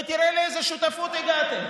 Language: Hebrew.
ותראה לאיזה שותפות הגעתם.